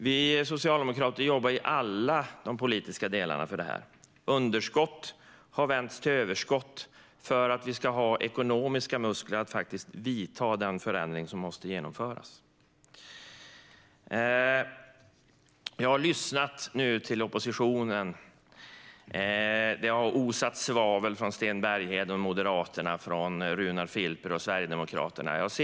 Vi socialdemokrater jobbar i alla politiska delar för detta. Underskott har vänts till överskott för att vi ska ha ekonomiska muskler att genomföra den förändring som krävs. Jag har lyssnat till oppositionen. Det har osat svavel från Moderaternas Sten Bergheden och Sverigedemokraternas Runar Filper.